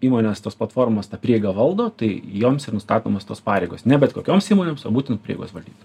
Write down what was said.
įmonės tos platformos tą prieigą valdo tai joms ir nustatomos tos pareigos ne bet kokioms įmonėms o būtent prieigos valdyt